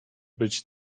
być